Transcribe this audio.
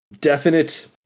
definite